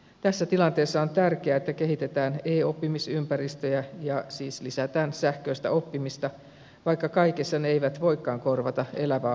tässä tilanteessa on tärkeää että kehitetään e oppimisympäristöjä ja siis lisätään sähköistä oppimista vaikka kaikessa ne eivät voikaan korvata elävää opettajaa